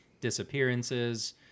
disappearances